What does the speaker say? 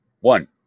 One